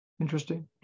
Interesting